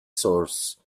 source